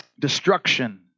destruction